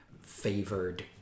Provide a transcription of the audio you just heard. favored